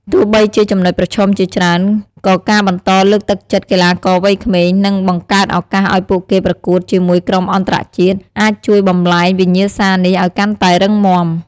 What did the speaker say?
ទោះបីជាចំណុចប្រឈមជាច្រើន ក៏ការបន្តលើកទឹកចិត្តកីឡាករវ័យក្មេង និងបង្កើតឱកាសឲ្យពួកគេប្រកួតជាមួយក្រុមអន្តរជាតិអាចជួយបំប្លែងវិញ្ញាសានេះឲ្យកាន់តែរឹងមាំ។